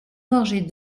gorgées